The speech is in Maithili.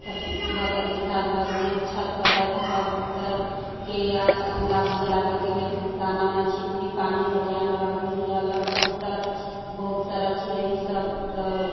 तब बतख भी खाइ लगलै जइसे छत पर हइ तऽ कबूतरके लाब बुलाबैके लेल दाना ओना छिटली पानि बटियामे रख दय छी अलग कबूतर बहुत सारा चिड़ै सभ तऽ